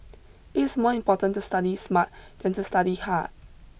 it is more important to study smart than to study hard